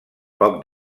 poc